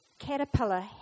caterpillar